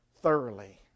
thoroughly